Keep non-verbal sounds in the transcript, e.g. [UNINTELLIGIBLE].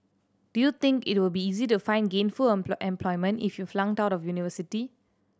do you think it will be easy to find gainful [UNINTELLIGIBLE] employment if you flunked out of university